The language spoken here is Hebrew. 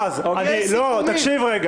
אין סיכומים.